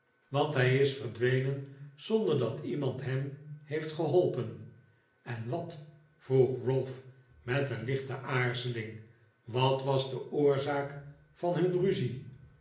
want hij is verdwenen zonder dat iemand hem heeft geholpen en wat vroeg ralph met een lichte aarzeling wat was de oorzaak van hun ruzie